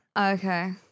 Okay